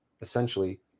essentially